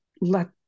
let